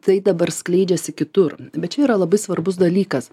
tai dabar skleidžiasi kitur bet čia yra labai svarbus dalykas